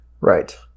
right